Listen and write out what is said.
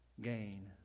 gain